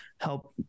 help